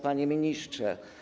Panie Ministrze!